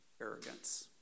arrogance